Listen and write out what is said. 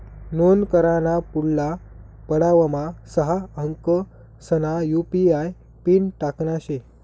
नोंद कराना पुढला पडावमा सहा अंकसना यु.पी.आय पिन टाकना शे